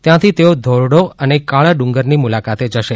ત્યાંથી તેઓ ધોરડો અને કાળા ડુંગરની મુલાકાતે જશે